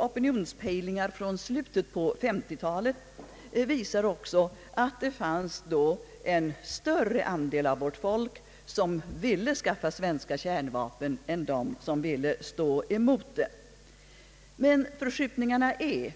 Opinionspejlingar från slutet av 1950-talet visar också att det då fanns en större andel av vårt folk som ville skaffa svenska kärnvapen än den andel som ville stå emot sådan anskaffning. Men förskjutningarna är